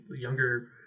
younger